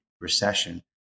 recession